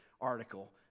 article